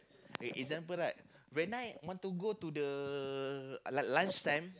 okay example right when I want to go the l~ lunch time